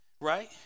right